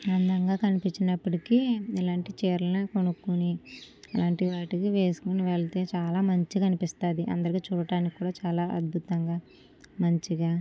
అందంగా కనిపించినప్పటికి ఇలాంటి చీరలను కొనుక్కొని అలాంటి వాటికి వేసుకొని వెళితే చాలా మంచిగా అనిపిస్తుంది అందరికి చూడడానికి కూడా చాలా అద్భుతంగా మంచిగా